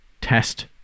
test